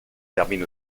termine